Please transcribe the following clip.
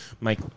Mike